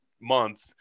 month